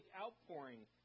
outpouring